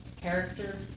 character